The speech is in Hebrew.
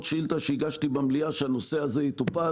שאילתה שהגשתי במליאה שהנושא הזה יטופל.